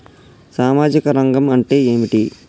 సామాజిక రంగం అంటే ఏమిటి?